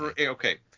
okay